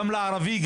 גם לערבי,